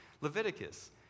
Leviticus